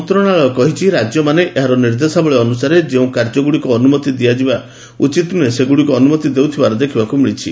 ମନ୍ତ୍ରଣାଳୟ କହିଛି ରାଜ୍ୟମାନେ ଏହାର ନିର୍ଦ୍ଦେଶାବଳୀ ଅନୁସାରେ ଯେଉଁ କାର୍ଯ୍ୟଗୁଡ଼ିକୁ ଅନୁମତି ଦିଆଯିବା ଉଚିତ ନୁହେଁ ସେଗୁଡ଼ିକୁ ଅନୁମତି ଦେଉଥିବାର ଦେଖିବାକୁ ମିଳିଛି